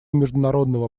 международного